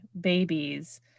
babies